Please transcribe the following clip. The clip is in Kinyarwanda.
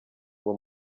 ngo